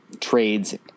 trades